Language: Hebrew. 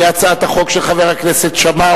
היא הצעת החוק של חבר הכנסת כרמל שאמה,